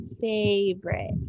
favorite